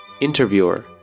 Interviewer